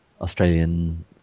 Australian